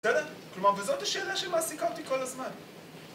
כלומר, וזאת השאלה שמעסיקה אותי כל הזמן